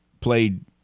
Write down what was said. played